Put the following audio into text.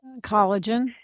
collagen